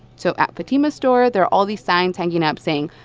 so at fatima's store, there are all these signs hanging up saying,